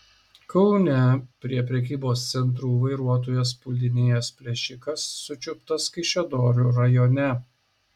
kaune prie prekybos centrų vairuotojas puldinėjęs plėšikas sučiuptas kaišiadorių rajone